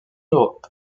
europe